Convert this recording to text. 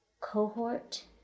cohort